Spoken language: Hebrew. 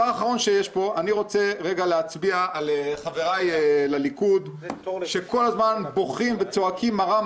אני רוצה להזכיר לכל המכובדים שנמצאים כאן,